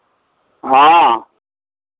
हँ